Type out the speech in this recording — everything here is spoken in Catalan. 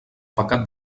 pecat